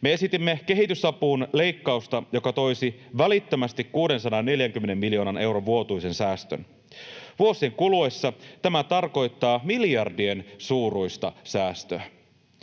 Me esitimme kehitysapuun leikkausta, joka toisi välittömästi 640 miljoonan euron vuotuisen säästön. Vuosien kuluessa tämä tarkoittaa miljardien suuruista säästöä.